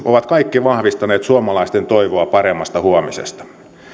ovat kaikki vahvistaneet suomalaisten toivoa paremmasta huomisesta